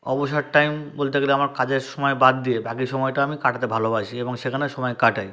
অবসর টাইম বলতে গেলে আমার কাজের সমায় বাদ দিয়ে বাকি সময়টা আমি কাটাতে ভালোবাসি এবং সেখানে সময় কাটাই